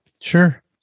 Sure